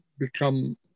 become